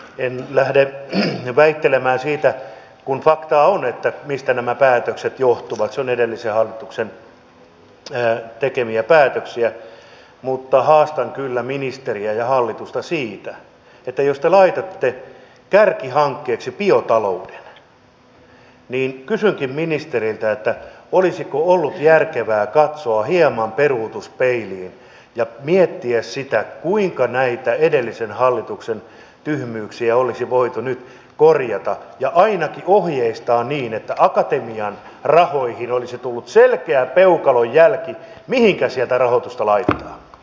en lähde väittelemään siitä kun faktaa on mistä nämä päätökset johtuvat ne ovat edellisen hallituksen tekemiä päätöksiä mutta haastan kyllä ministeriä ja hallitusta siitä että jos te laitatte kärkihankkeeksi biotalouden olisiko ollut järkevää katsoa hieman peruutuspeiliin ja miettiä kuinka näitä edellisen hallituksen tyhmyyksiä olisi voitu nyt korjata ja ainakin ohjeistaa niin että akatemian rahoihin olisi tullut selkeä peukalonjälki mihinkä sieltä rahoitusta laitetaan